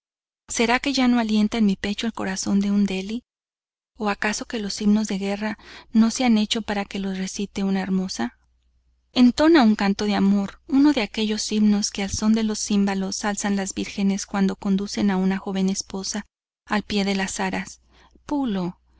será que ya no alienta en mi pecho el corazón de un dheli o acaso que los himnos de guerra no se han hecho para que los recite una hermosa entona un canto de amor uno de aquellos himnos que al son de los címbalos alzan las virgenes cuando conducen a una joven esposa al pie de las aras pulo